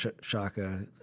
Shaka